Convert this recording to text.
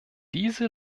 diese